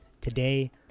Today